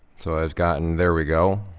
so, i've gotten, there we go.